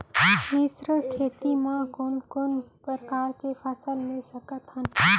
मिश्र खेती मा कोन कोन प्रकार के फसल ले सकत हन?